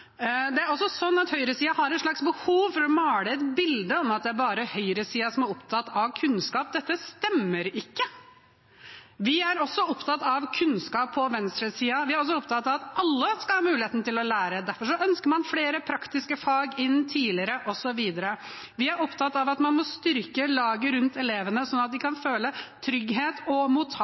har et slags behov for å male et bilde av at det bare er høyresiden som er opptatt av kunnskap. Dette stemmer ikke. Vi er også på venstresiden opptatt av kunnskap, vi er også opptatt av at alle skal ha muligheten til å lære. Derfor ønsker man flere praktiske fag inn tidligere, osv. Vi er opptatt av at man må styrke laget rundt elevene slik at de kan føle trygghet og